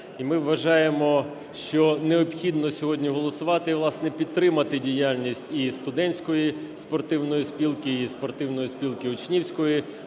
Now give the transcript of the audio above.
ми вважаємо, що необхідно сьогодні голосувати і, власне, підтримати діяльність і Студентської спортивної спілки і Спортивної спілки учнівської